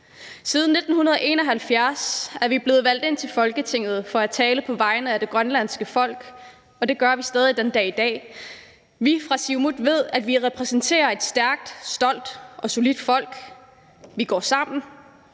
Siden 1971 er vi blevet valgt ind i Folketinget for at tale på vegne af det grønlandske folk, og det gør vi stadig den dag i dag. Vi fra Siumut ved, at vi repræsenterer et stærkt, stolt og solidt folk. Vi går sammen,